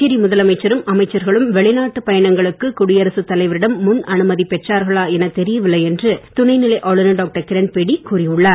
புதுச்சேரி முதலமைச்சரும் அமைச்சர்களும் வெளிநாட்டு பயணங்களுக்கு குடியரசு தலைவரிடம் முன் அனுமதி பெற்றார்களா என தெரியவில்லை என்று துணை நிலை ஆளுநர் டாக்டர் கிரண்பேடி கூறி உள்ளார்